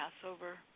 Passover